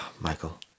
Michael